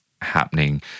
happening